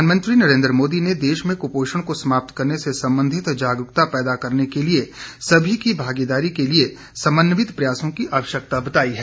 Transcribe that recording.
प्रधानमंत्री नरेंद्र मोदी ने देश में कपोषण को समाप्त करने से संबंधित जागरूकता पैदा करने के लिए सभी की भागीदारी के लिए समन्वित प्रयासों की आवश्यकता बताई है